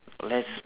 let's